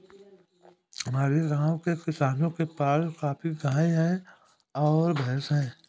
हमारे गाँव के किसानों के पास काफी गायें और भैंस है